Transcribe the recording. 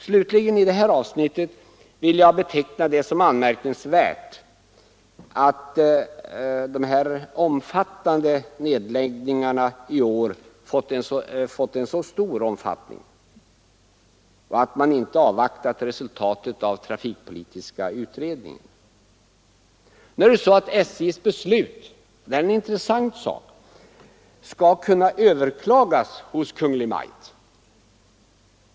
Slutligen vill jag i det här avsnittet beteckna det som anmärkningsvärt att dessa nedläggningar i år fått en så stor omfattning och att man inte avvaktat resultatet av den trafikpolitiska utredningen. Nu är det så — och detta är en intressant sak — att SJ:s beslut skall kunna överklagas hos Kungl. Maj:t.